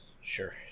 Sure